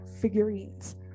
figurines